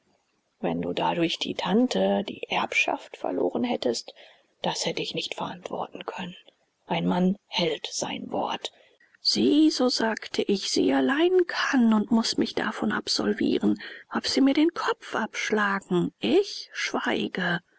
wenn du dadurch die tante die erbschaft verloren hättest das hätte ich nicht verantworten können ein mann hält sein wort sie so sagte ich sie allein kann und muß mich davon absolvieren ob sie mir den kopf abschlagen ich schweige